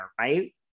right